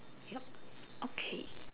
yup okay